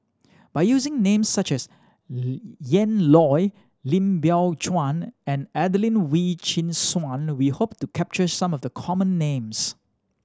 by using names such as Ian Loy Lim Biow Chuan and Adelene Wee Chin Suan we hope to capture some of the common names